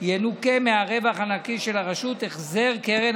ינוכה מהרווח הנקי של הרשות החזר קרן